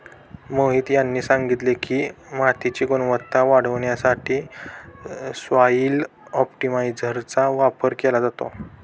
मोहित यांनी सांगितले की, मातीची गुणवत्ता वाढवण्यासाठी सॉइल ऑप्टिमायझरचा वापर केला जातो